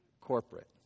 corporate